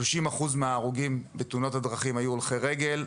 30% מההרוגים בתאונות הדרכים היו הולכי רגל.